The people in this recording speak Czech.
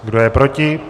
Kdo je proti?